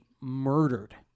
murdered